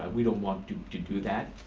ah we don't want to do do that.